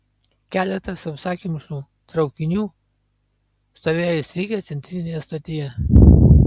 keletas sausakimšų traukinių stovėjo įstrigę centrinėje stotyje